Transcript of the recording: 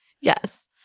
Yes